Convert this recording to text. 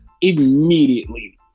Immediately